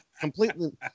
completely